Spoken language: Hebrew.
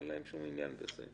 אין להם שום עניין הזה.